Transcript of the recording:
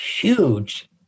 huge